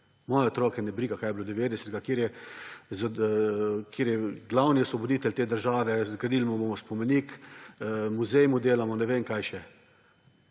Moje otroke ne briga, kaj je bilo 1990, kateri je glavni osvoboditelj te države, zgradili mu bomo spomenik, muzej mu delamo, ne vem, kaj še.